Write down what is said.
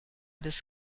des